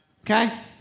Okay